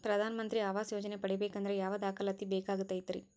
ಪ್ರಧಾನ ಮಂತ್ರಿ ಆವಾಸ್ ಯೋಜನೆ ಪಡಿಬೇಕಂದ್ರ ಯಾವ ದಾಖಲಾತಿ ಬೇಕಾಗತೈತ್ರಿ?